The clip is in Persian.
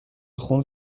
خون